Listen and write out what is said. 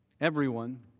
everyone